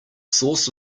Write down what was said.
source